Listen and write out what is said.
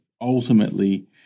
ultimately